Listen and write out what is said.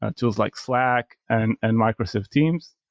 and tools like slack and and microsoft teams,